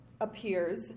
appears